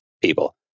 people